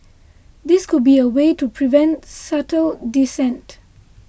this could be a way to prevent subtle dissent